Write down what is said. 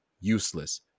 useless